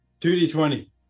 2d20